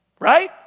right